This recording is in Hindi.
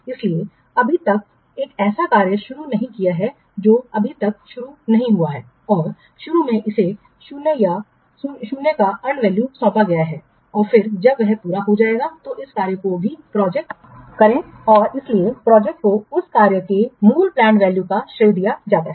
इसलिए अभी तक एक ऐसा कार्य शुरू नहीं किया है जो अभी तक शुरू नहीं हुआ है और शुरू में इसे शून्य का अर्न वैल्यू सौंपा गया है और फिर जब यह पूरा हो गया है तो इस कार्य को भी प्रोजेक्ट करें और इसलिए प्रोजेक्ट को उस कार्य के मूल पलैंड वैल्यू का श्रेय दिया जाता है